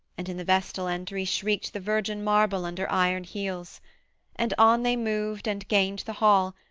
and in the vestal entry shrieked the virgin marble under iron heels and on they moved and gained the hall,